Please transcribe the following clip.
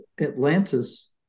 Atlantis